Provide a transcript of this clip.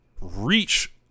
reach